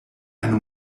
eine